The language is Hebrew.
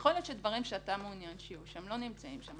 יכול להיות שדברים שאתה מעוניין שיהיו שם לא נמצאים שם.